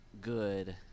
good